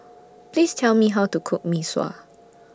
Please Tell Me How to Cook Mee Sua